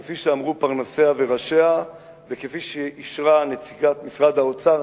כפי שאמרו פרנסיה וראשיה וכפי שאישרה נציגת משרד האוצר,